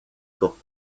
camps